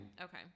Okay